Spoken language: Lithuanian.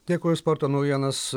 dėkoju už sporto naujienas